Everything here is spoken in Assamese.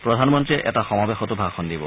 প্ৰধানমন্ত্ৰীয়ে এটা সমাৱেশতো ভাষণ দিব